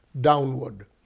downward